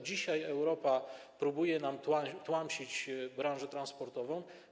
Dzisiaj Europa próbuje nam tłamsić branżę transportową.